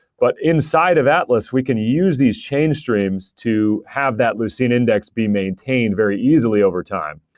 but inside of atlas, we can use these change streams to have that lucene index be maintained very easily overtime.